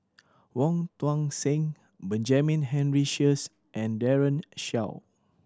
Wong Tuang Seng Benjamin Henry Sheares and Daren Shiau